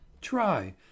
try